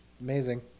Amazing